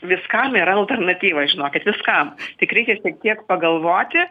viskam yra alternatyva žinokit viskam tik reikia šiek tiek pagalvoti